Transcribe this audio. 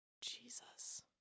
Jesus